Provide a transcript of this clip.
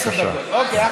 לעשר דקות, אוקיי.